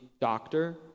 doctor